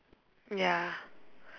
ya